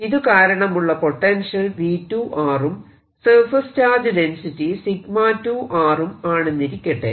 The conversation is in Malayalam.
ഇതുകാരണമുള്ള പൊട്ടൻഷ്യൽ V2 ഉം സർഫേസ് ചാർജ് ഡെൻസിറ്റി 𝜎2 ഉം ആണെന്നിരിക്കട്ടെ